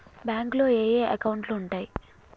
బ్యాంకులో ఏయే అకౌంట్లు ఉంటయ్?